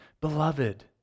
Beloved